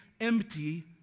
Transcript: empty